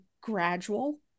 gradual